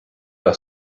alla